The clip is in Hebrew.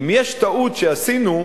אם יש טעות שעשינו,